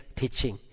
teaching